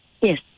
Yes